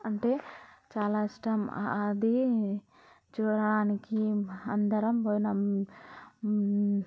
అంటే చాలా ఇష్టం అది చూడడానికి అందరం పోయినాం